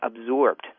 absorbed